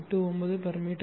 89 m3